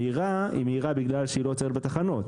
המהירה היא מהירה בגלל שהיא לא עוצרת בתחנות.